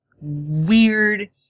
weird